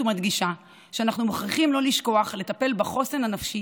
אני חוזרת ומדגישה שאנחנו מוכרחים לא לשכוח לטפל בחוסן הנפשי